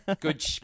Good